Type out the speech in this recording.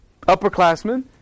upperclassmen